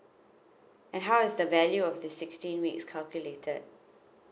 and how is the value of the sixteen weeks calculated